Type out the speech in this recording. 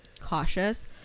cautious